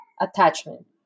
attachment